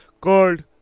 called